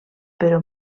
però